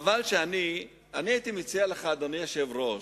אני הייתי מציע לך, אדוני היושב-ראש,